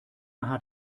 hat